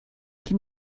can